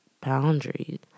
boundaries